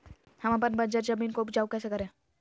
हम अपन बंजर जमीन को उपजाउ कैसे करे?